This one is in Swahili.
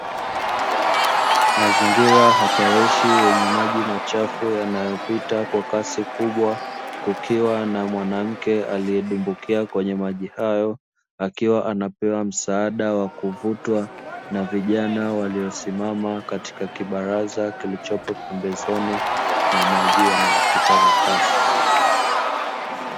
Mazingira hatarishi yenye maji machafu yanayopita kwa kasi kubwa kukiwa na mwanamke aliyedumbukia kwenye maji hayo, akiwa anapewa msaada wa kuvutwa na vijana waliosimama katika kibaraza kilichopo pembezoni mwa maji yanayopita kwa kasi.